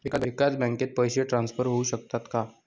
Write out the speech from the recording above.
एकाच बँकेत पैसे ट्रान्सफर होऊ शकतात का?